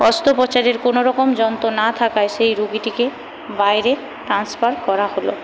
অস্ত্রপচারের কোনোরকম যন্ত্র না থাকায় সেই রুগীটিকে বাইরে ট্রান্সফার করা হল